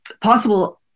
possible